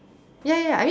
ya ya ya I mean